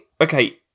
okay